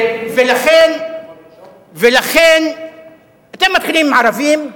ולכן אתם מתחילים עם ערבים,